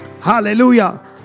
Hallelujah